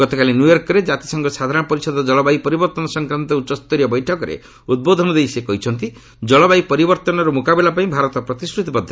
ଗତକାଲି ନିଓ୍ୱର୍କରେ ଜାତିସଂଘ ସାଧାରଣ ପରିଷଦ ଜଳବାୟୁ ପରିବର୍ତ୍ତନ ସଂକ୍ରାନ୍ତ ଉଚ୍ଚସ୍ତରୀୟ ବୈଠକରେ ଉଦ୍ବୋଧନ ଦେଇ ସେ କହିଛନ୍ତି ଜଳବାୟୁ ପରିବର୍ତ୍ତନର ମୁକାବିଲା ପାଇଁ ଭାରତ ପ୍ରତିଶ୍ରତିବଦ୍ଧ